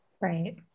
Right